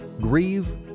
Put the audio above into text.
Grieve